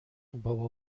بابا